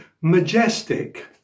majestic